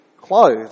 clothes